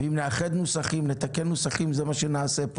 אם נאחד נוסחים, נתקן נוסחים זה מה שנעשה פה.